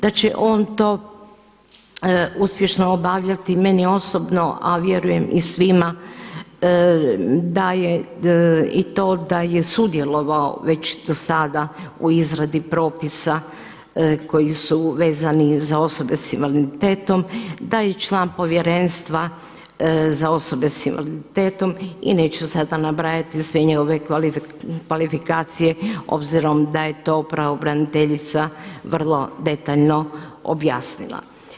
Da će on to uspješno obavljati meni osobno a vjerujem i svima daje i to da je sudjelovao već dosada u izradi propisa koji su vezani za osobe s invaliditetom, da je član Povjerenstva za osobe s invaliditetom i neću sada nabrajati sve njegove kvalifikacije obzirom da je to pravobraniteljica vrlo detaljno objasnila.